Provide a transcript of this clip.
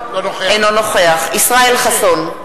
אינו נוכח ישראל חסון,